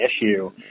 issue